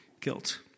guilt